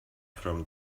from